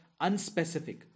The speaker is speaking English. unspecific